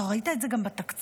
ראית את זה גם בתקציב.